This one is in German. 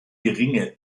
geringe